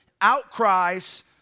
Outcries